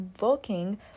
looking